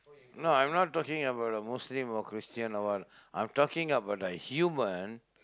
no I'm not talking about the Muslim or Christian or what I'm talking about the human